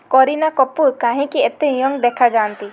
କରୀନା କପୁର କାହିଁକି ଏତେ ୟଙ୍ଗ୍ ଦେଖାଯାଆନ୍ତି